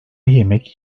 yemek